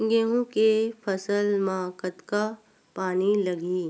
गेहूं के फसल म कतका पानी लगही?